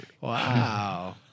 Wow